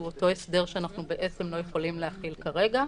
אותו הסדר שאנחנו בעצם לא יכולים להחיל כרגע,